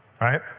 right